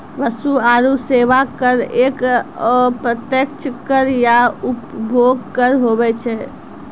वस्तु आरो सेवा कर एक अप्रत्यक्ष कर या उपभोग कर हुवै छै